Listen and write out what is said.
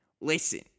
Listen